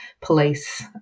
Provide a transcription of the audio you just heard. police